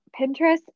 Pinterest